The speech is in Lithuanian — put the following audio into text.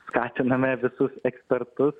skatiname visus ekspertus